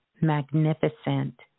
magnificent